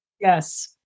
yes